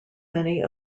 many